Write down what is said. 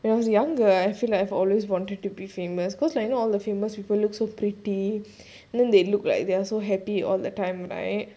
when I was younger I feel like I've always wanted to be famous cause like you know all the famous people looked so pretty then they look like they're so happy all the time right